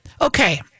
Okay